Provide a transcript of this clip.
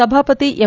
ಸಭಾಪತಿ ಎಂ